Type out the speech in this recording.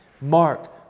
Mark